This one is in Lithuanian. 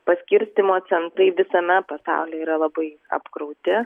paskirstymo centrai visame pasaulyje yra labai apkrauti